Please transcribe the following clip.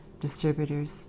distributors